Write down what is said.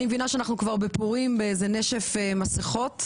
אני מבינה שאנחנו כבר בפורים באיזה נשף מסכות.